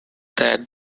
that